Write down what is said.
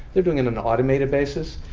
they're doing it on an automated basis.